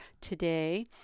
today